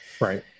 right